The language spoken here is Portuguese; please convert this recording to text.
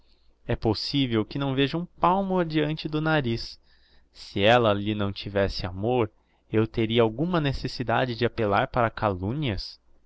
é possivel que não veja um palmo adeante do nariz se ella lhe não tivesse amor eu teria alguma necessidade de appellar para calumnias